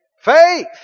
Faith